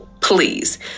please